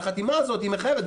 והחתימה הזאת מחייבת.